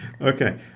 okay